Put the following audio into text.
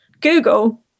google